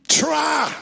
try